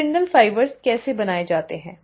spindle fibre कैसे बनाए जाते हैं